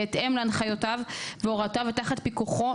בהתאם להנחיותיו והוראותיו ותחת פיקוחו,